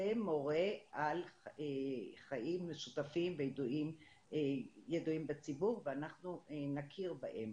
זה מורה על חיים משותפים וידועים בציבור ואנחנו נכיר בהם